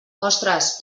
ostres